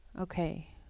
Okay